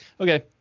okay